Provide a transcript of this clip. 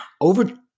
over